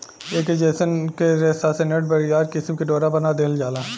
ऐके जयसन के रेशा से नेट, बरियार किसिम के डोरा बना दिहल जाला